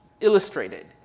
illustrated